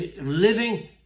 living